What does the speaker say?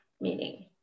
meaning